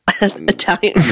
Italian